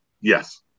Yes